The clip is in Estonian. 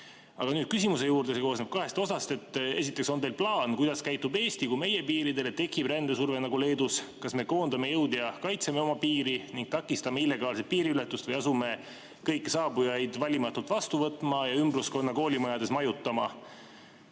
nüüd küsimuse juurde, see koosneb kahest osast. Esiteks, on teil plaan, kuidas käitub Eesti, kui meie piiridele tekib rändesurve nagu Leedus? Kas me koondame jõud ja kaitseme oma piiri ning takistame illegaalset piiriületust või asume kõiki saabujaid valimatult vastu võtma ja ümbruskonna koolimajades majutama,